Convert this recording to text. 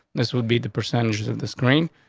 this would be the percentages of the screen.